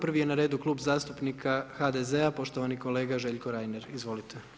Prvi je na redu Klub zastupnika HDZ-a, poštovani kolega Željko Reiner, izvolite.